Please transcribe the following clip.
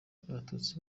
abatutsi